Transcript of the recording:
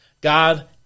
God